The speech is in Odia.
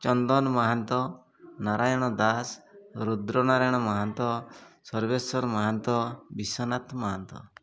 ଚନ୍ଦନ ମହାନ୍ତ ନାରାୟଣ ଦାସ ରୁଦ୍ର ନାରାୟଣ ମହାନ୍ତ ସର୍ବେଶ୍ୱର ମହାନ୍ତ ବିଶ୍ୱନାଥ ମହାନ୍ତ